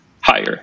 higher